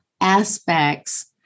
aspects